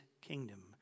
kingdom